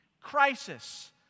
crisis